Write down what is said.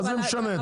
מה זה משנה?